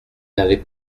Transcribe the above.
n’avaient